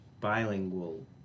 bilingual